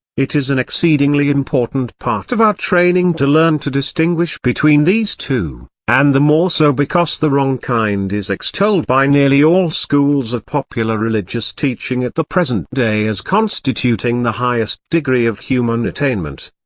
it is an exceedingly important part of our training to learn to distinguish between these two, and the more so because the wrong kind is extolled by nearly all schools of popular religious teaching at the present day as constituting constituting the highest degree of human attainment.